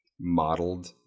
modeled